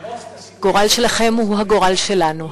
הגורל שלכם הוא הגורל שלנו,